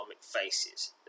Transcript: faces